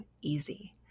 easy